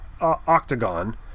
octagon